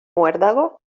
muérdago